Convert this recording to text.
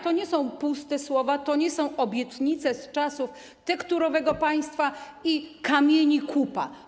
To nie są puste słowa, to nie są obietnice z czasów tekturowego państwa i kamieni kupa.